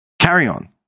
carry-on